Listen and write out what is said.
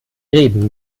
reben